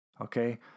Okay